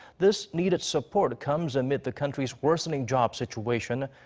this needed support comes amid the country's worsening job situation.